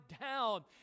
down